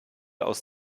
aus